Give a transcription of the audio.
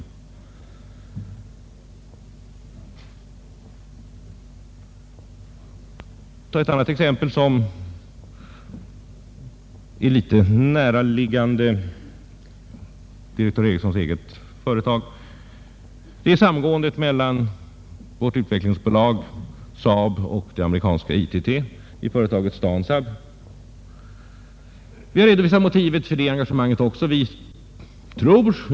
Jag kan också anföra ett exempel som ligger rätt nära direktör Ericssons eget företag. Det är samgåendet mellan vårt utvecklingsbolag, SAAB och det amerikanska ITT i företaget STAN-SAAB. Vi har redovisat motivet för det engagemanget också.